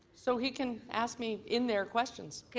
so he can ask me in there questions.